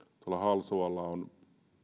halsualla on